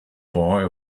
boy